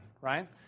Right